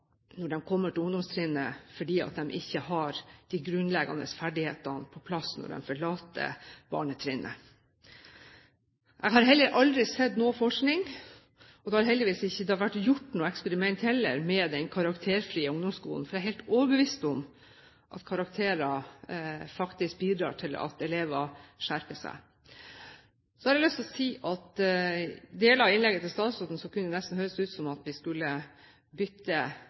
når de kommer til ungdomstrinnet, fordi de ikke har de grunnleggende ferdighetene på plass når de forlater barnetrinnet. Jeg har heller aldri sett noen forskning, og det har heldigvis ikke vært gjort noe eksperiment heller, rundt en karakterfri ungdomsskole. For jeg er helt overbevist om at karakterer faktisk bidrar til at elever skjerper seg. Så har jeg lyst til å si at i deler av innlegget til statsråden kunne det nesten høres ut som om vi skulle bytte